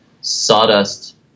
sawdust